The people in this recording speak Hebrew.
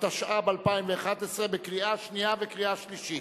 התשע"ב 2011, לקריאה שנייה וקריאה שלישית.